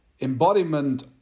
embodiment